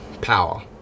Power